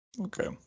Okay